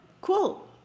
cool